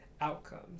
outcomes